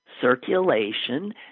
circulation